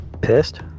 pissed